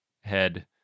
head